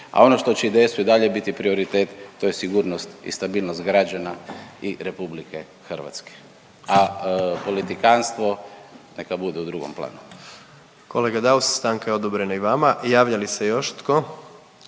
a ono što će IDS-u i dalje biti prioritet to je sigurnost i stabilnost građana i RH, a politikanstvo neka bude u drugom planu. **Jandroković, Gordan (HDZ)** Kolega Daus, stanka je odobrena i vama. Javlja li se još tko?